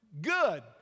good